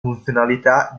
funzionalità